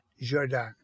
Jordan